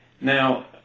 Now